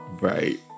Right